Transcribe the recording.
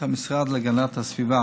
באחריות המשרד להגנת הסביבה.